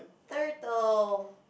turtle